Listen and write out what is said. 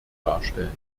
darstellen